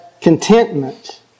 contentment